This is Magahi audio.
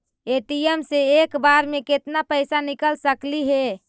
ए.टी.एम से एक बार मे केत्ना पैसा निकल सकली हे?